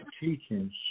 teachings